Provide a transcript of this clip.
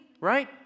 right